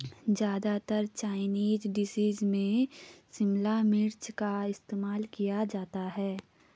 ज्यादातर Chinese dishes में शिमला मिर्च का इस्तेमाल किया जाता है